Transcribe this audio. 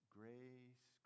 grace